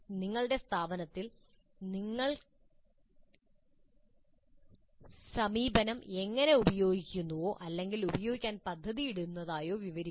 നിങ്ങളുടെ സ്ഥാപനത്തിൽ നിങ്ങൾ സമീപനം എങ്ങനെ ഉപയോഗിക്കുന്നുവെന്നോ അല്ലെങ്കിൽ ഉപയോഗിക്കാൻ പദ്ധതിയിടുന്നതായോ വിവരിക്കുക